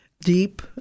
deep